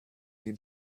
den